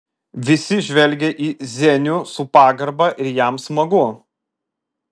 visi žvelgia į zenių su pagarba ir jam smagu